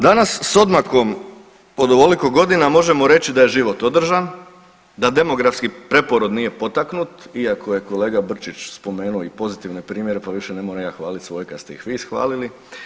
Danas s odmakom od ovoliko godina možemo reći da je život održan da demografski preporod nije potaknut iako je kolega Brčić spomenuo pozitivne primjere, pa više ja ne moram hvaliti svoje kad ste ih vi ishvalili.